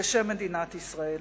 בשם מדינת ישראל.